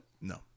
No